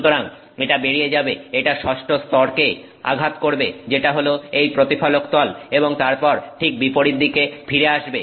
সুতরাং এটা বেরিয়ে যাবে এটা ষষ্ঠ স্তরকে আঘাত করবে যেটা হলো এই প্রতিফলক তল এবং তারপর ঠিক বিপরীত দিকে ফিরে আসবে